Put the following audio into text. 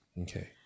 Okay